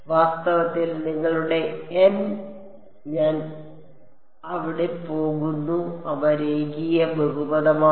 വാസ്തവത്തിൽ നിങ്ങളുടെ N ഞാൻ അവിടെ പോകുന്നു അവ രേഖീയ ബഹുപദമാണ്